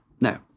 No